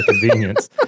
convenience